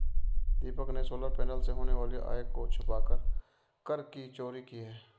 दीपक ने solar panel से होने वाली आय को छुपाकर कर की चोरी की है